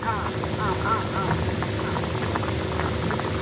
हा आम् आम् आम् हा